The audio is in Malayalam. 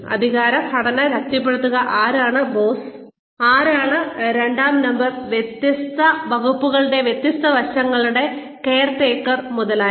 അധികാര ഘടന ശക്തിപ്പെടുത്തുക ആരാണ് ബോസ് ആരാണ് രണ്ടാം നമ്പർ വ്യത്യസ്ത വകുപ്പുകളുടെ വ്യത്യസ്ത വശങ്ങളുടെ കെയർടേക്കർ മുതലായവ